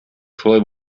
шулай